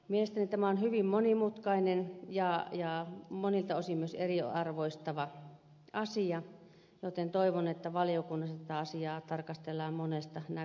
mielestäni tämä on hyvin monimutkainen ja monilta osin myös eriarvoistava asia joten toivon että valiokunnassa tätä asiaa tarkastellaan monesta näkökulmasta